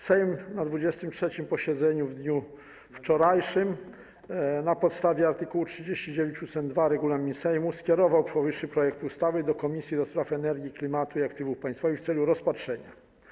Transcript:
Sejm na 23. posiedzeniu w dniu wczorajszym na podstawie art. 39 ust. 2 regulaminu Sejmu skierował powyższy projekt ustawy do Komisji do Spraw Energii, Klimatu i Aktywów Państwowych w celu rozpatrzenia.